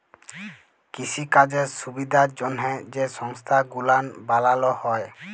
কিসিকাজের সুবিধার জ্যনহে যে সংস্থা গুলান বালালো হ্যয়